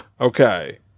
Okay